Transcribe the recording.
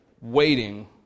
waiting